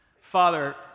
Father